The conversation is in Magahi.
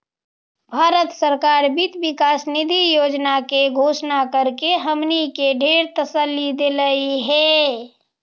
भारत सरकार वित्त विकास निधि योजना के घोषणा करके हमनी के ढेर तसल्ली देलई हे